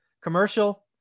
Commercial